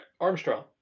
Armstrong